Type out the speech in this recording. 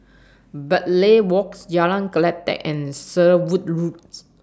Bartley Walks Jalan Kledek and Sherwood Roads